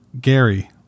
Gary